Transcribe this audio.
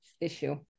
issue